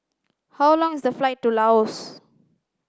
how long is the flight to Laos